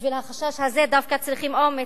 בשביל החשש הזה דווקא צריכים אומץ,